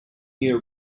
year